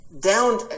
down